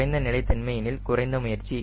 குறைந்த நிலைத்தன்மை எனில் குறைந்த முயற்சி